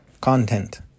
content